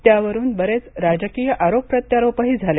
त्यावरून बरेच राजकीय आरोप प्रत्यारोप झाले